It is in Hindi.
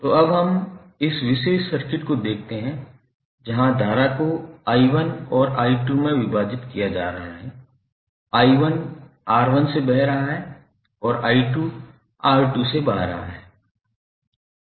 तो अब हम इस विशेष सर्किट को देखते हैं जहां धारा को i1 और i2 में विभाजित किया जा रहा है i1 R1 से बह रहा है और i2 R2 से बह रहा है